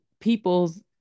people's